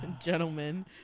gentlemen